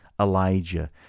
Elijah